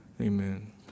amen